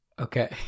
Okay